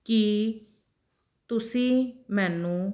ਕੀ ਤੁਸੀਂ ਮੈਨੂੰ